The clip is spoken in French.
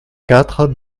quatre